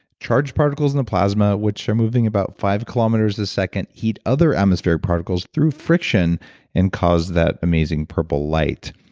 charge particles in the plasma which are moving about five kilometers a second heat other atmospheric particles through friction and cause that amazing purple light.